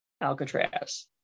Alcatraz